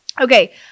Okay